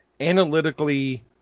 analytically